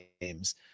games